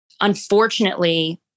unfortunately